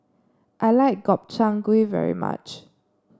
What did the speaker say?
I like Gobchang Gui very much